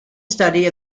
study